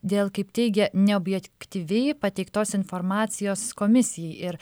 dėl kaip teigia neobjektyviai pateiktos informacijos komisijai ir